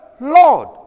Lord